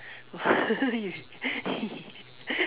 you